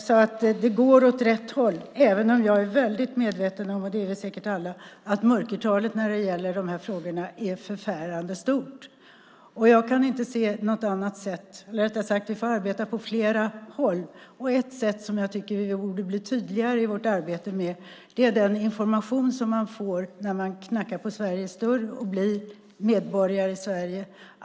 Så det går åt rätt håll, även om vi alla säkert är väldigt medvetna om att mörkertalet när det gäller de här frågorna är förfärande stort. Vi får arbeta på flera håll, och något som jag tycker att vi borde bli tydligare med är den information som man får när man knackar på Sveriges dörr och blir medborgare i Sverige.